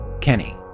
Kenny